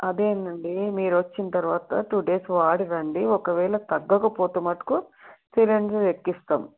అదే అండి మీరు వచ్చిన తర్వాత టూ డేస్ వాడి రండి ఒకవేళ తగ్గకపోతే మటుకు సిరంజి ఎక్కిస్తాం